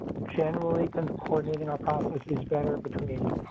generally kind of coordinating our processes better between.